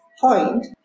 point